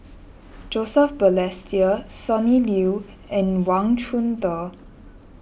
Joseph Balestier Sonny Liew and Wang Chunde